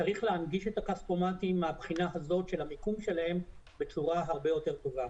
צריך להנגיש את הכספומטים מבחינת המיקום שלהם בצורה הרבה יותר טובה.